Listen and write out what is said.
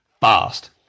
fast